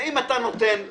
אם אתה נותן לכולם,